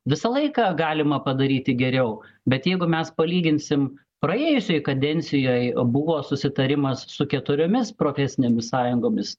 visą laiką galima padaryti geriau bet jeigu mes palyginsim praėjusioj kadencijoj buvo susitarimas su keturiomis profesinėmis sąjungomis